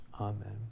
Amen